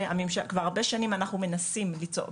כבר הרבה מאוד שנים אנחנו מנסים ליצור,